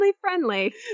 friendly